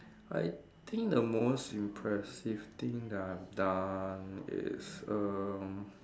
I think the most impressive thing that I've done is erm